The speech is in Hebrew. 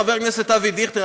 חבר הכנסת אבי דיכטר,